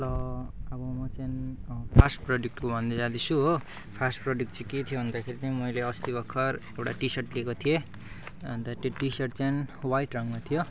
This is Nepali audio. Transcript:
ल अब म चाहिँ फर्स्ट प्रडक्टको भन्न जाँदैछु हो फर्स्ट प्रडक्ट चाहिँ के थियो भन्दाखेरि चाहिँ मैले अस्ति भर्खर एउटा टिसर्ट लिएको थिएँ अन्त त्यो टिसर्ट चाहिँ वाइट रङमा थियो